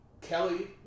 Kelly